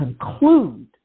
conclude